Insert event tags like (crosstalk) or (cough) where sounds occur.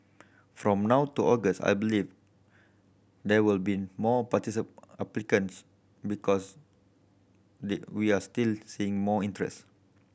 from now to August I believe there will be more (unintelligible) applicants because they we are still seeing more interest